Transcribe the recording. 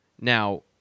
Now